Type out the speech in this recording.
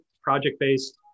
Project-based